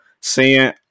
seeing